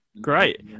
great